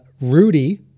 Rudy